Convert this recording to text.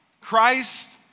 Christ